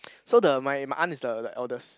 so the my my aunt is a like eldest